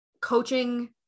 coaching